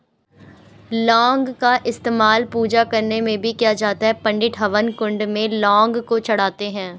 लौंग का इस्तेमाल पूजा करने में भी किया जाता है पंडित हवन कुंड में लौंग को चढ़ाते हैं